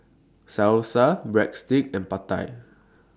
Salsa Breadsticks and Pad Thai